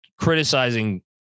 criticizing